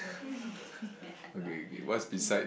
okay